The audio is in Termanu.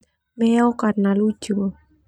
Meo karena lucu.